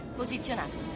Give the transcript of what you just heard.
posizionato